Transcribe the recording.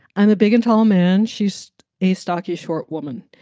i'm a big and tall man. she's a stocky, short woman.